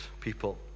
people